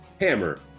Hammer